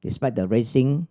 despite raising